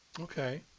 Okay